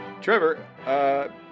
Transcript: Trevor